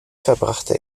verbrachte